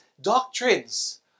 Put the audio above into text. doctrines